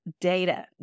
data